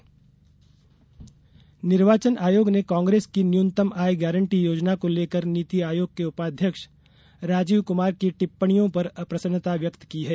आचार संहिता उल्लंघन निर्वाचन आयोग ने कांग्रेस की न्यूनतम आय गारन्टी योजना को लेकर नीति आयोग के उपाध्यक्ष राजीव कमार की टिप्पणियों पर अप्रसन्नता व्यक्त की है